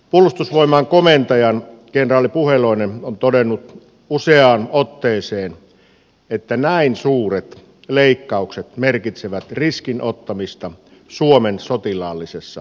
puolustusvoimain komentaja kenraali puheloinen on todennut useaan otteeseen että näin suuret leikkaukset merkitsevät riskin ottamista suomen sotilaallisessa puolustamisessa